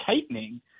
tightening